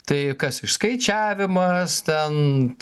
tai kas išskaičiavimas ten